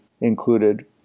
included